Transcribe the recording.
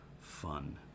fun